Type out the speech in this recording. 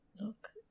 Look